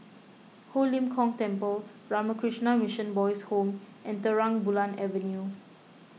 Ho Lim Kong Temple Ramakrishna Mission Boys' Home and Terang Bulan Avenue